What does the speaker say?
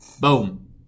Boom